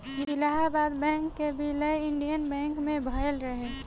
Allahabad bank कअ विलय Indian bank मे भयल रहे